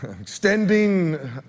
extending